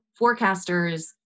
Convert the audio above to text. forecasters